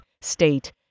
state